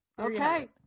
Okay